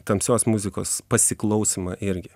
tamsios muzikos pasiklausymą irgi